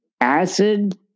Acid